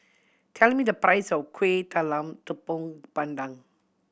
tell me the price of Kuih Talam Tepong Pandan